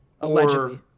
Allegedly